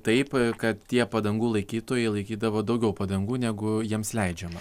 taip kad tie padangų laikytojai laikydavo daugiau padangų negu jiems leidžiama